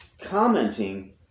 commenting